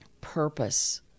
purpose